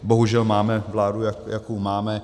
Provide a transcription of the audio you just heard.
Bohužel máme vládu, jakou máme.